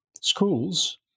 schools